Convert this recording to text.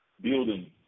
building